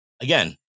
again